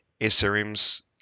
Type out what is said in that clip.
srms